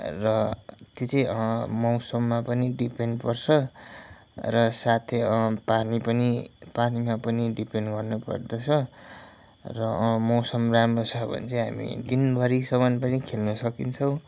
र त्यो चाहिँ मौसममा पनि डिपेन्ड पर्छ र साथै पानी पनि पानीमा पनि डिपेन्ड गर्नुपर्दछ र मौसम राम्रो छ भने चाहिँ हामी दिनभरिसम्म पनि खेल्न सकिन्छौँ